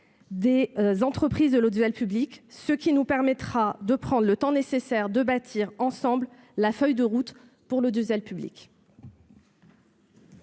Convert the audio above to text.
des entreprises de l'audiovisuel public, ce qui nous permettra de prendre le temps nécessaire de bâtir ensemble la feuille de route pour l'audiovisuel public.